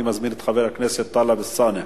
אני מזמין את חבר הכנסת טלב אלסאנע.